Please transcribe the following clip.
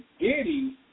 Giddy